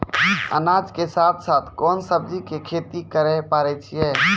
अनाज के साथ साथ कोंन सब्जी के खेती करे पारे छियै?